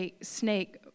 snake